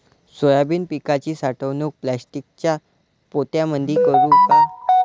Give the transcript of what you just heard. Soybean पिकाची साठवणूक प्लास्टिकच्या पोत्यामंदी करू का?